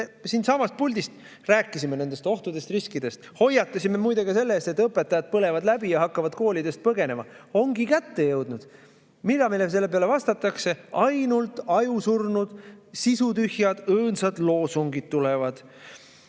siitsamast puldist rääkisime nendest ohtudest ja riskidest. Me hoiatasime muide ka selle eest, et õpetajad põlevad läbi ja hakkavad koolidest põgenema. Ongi kätte jõudnud! Mida meile selle peale vastatakse? Ainult ajusurnud, sisutühjad, õõnsad loosungid tulevad.